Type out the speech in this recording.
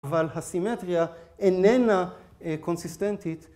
אבל הסימטריה איננה אה קונסיסטנטית